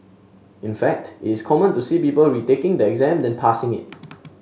in fact is common to see people retaking the exam than passing it